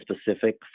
specific